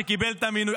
שקיבל את המינוי.